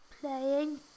playing